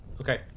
okay